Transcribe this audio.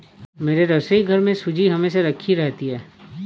मेरे रसोईघर में सूजी हमेशा राखी रहती है